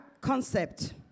concept